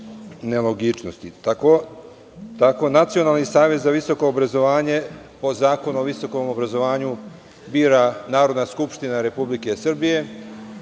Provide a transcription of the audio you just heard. nelogičnosti. Nacionalni savet za visoko obrazovanje, po Zakonu o visokom obrazovanju, bira Narodna skupština Republike Srbije,